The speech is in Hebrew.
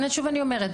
שוב אני אומרת,